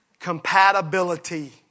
Compatibility